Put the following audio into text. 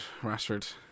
Rashford